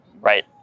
right